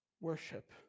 worship